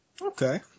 Okay